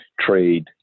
trade